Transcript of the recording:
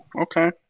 okay